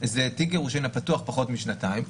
היא תיק גירושין הפתוח פחות משנתיים,